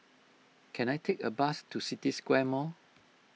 can I take a bus to City Square Mall